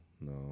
no